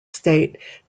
state